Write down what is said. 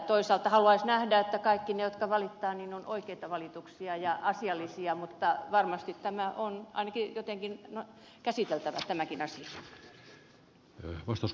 toisaalta haluaisi nähdä että kaikki valitukset ovat oikeita valituksia ja asiallisia mutta varmasti on ainakin jotenkin käsiteltävä tämäkin asia